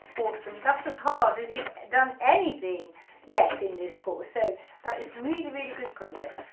awesome, that's as hard as you've done anything yet in this course so that is really really good progress.